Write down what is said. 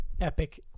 epic